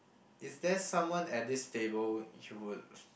is there someone at this table you will